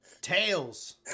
Tails